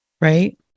right